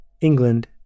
England